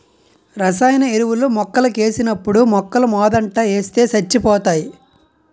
రసాయన ఎరువులు మొక్కలకేసినప్పుడు మొక్కలమోదంట ఏస్తే సచ్చిపోతాయి